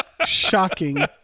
shocking